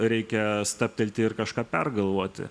reikia stabtelti ir kažką pergalvoti